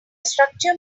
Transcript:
structure